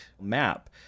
map